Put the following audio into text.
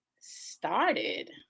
started